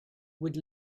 would